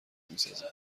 میسازم